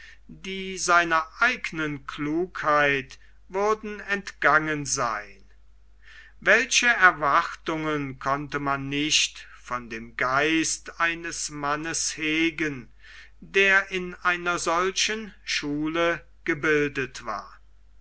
die seiner eignen klugheit würden entgangen sein welche erwartungen konnte man nicht von dem geist eines mannes hegen der in einer solchen schule gebildet war